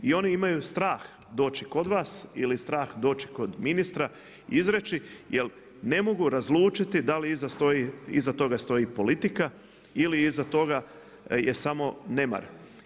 I oni imaju strah doći kod vas ili strah doći kod ministra izreći jel ne mogu razlučiti da li iza toga stoji politika ili iza toga je samo nemar.